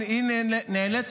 זה נקרא כשל לוגי.